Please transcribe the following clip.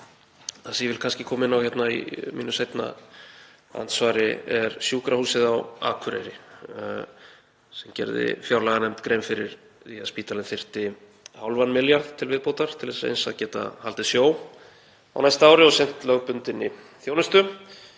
Það sem ég vil koma inn á í mínu seinna andsvari er að Sjúkrahúsið á Akureyri gerði fjárlaganefnd grein fyrir því að spítalinn þyrfti hálfan milljarð til viðbótar til þess eins að geta haldið sjó á næsta ári og sinnt lögbundinni þjónustu.